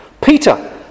Peter